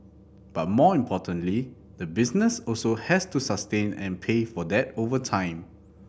but more importantly the business also has to sustain and pay for that over time